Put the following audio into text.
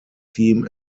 team